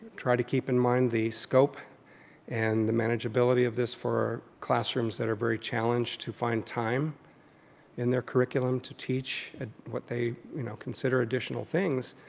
try to keep in mind the scope and the manageability of this for classrooms that are very challenged to find time in their curriculum to teach what they you know consider additional things.